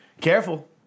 Careful